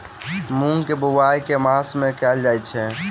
मूँग केँ बोवाई केँ मास मे कैल जाएँ छैय?